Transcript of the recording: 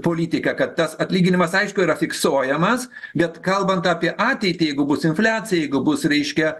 politika kad tas atlyginimas aišku yra fiksuojamas bet kalbant apie ateitį jeigu bus infliacija jeigu bus reiškia